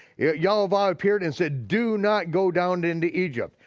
yehovah appeared and said do not go down into egypt,